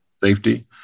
safety